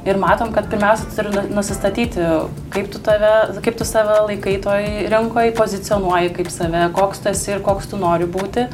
ir matom kad pirmiausia tu turi nusistatyti kaip tu tave kaip tu save laikai toj rinkoj pozicionuoji kaip save koks tu esi ir koks tu nori būti